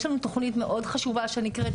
יש לנו תוכנית מאוד חשובה שנקראת,